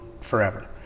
forever